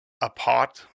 apart